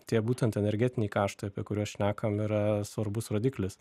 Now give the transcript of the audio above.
tie būtent energetiniai kaštai apie kuriuos šnekam yra svarbus rodiklis